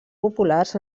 populars